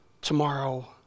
tomorrow